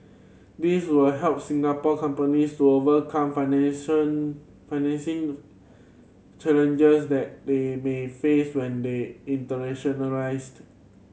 these will help Singapore companies to overcome financing challenges that they may face when they internationalised